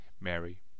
Mary